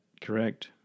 correct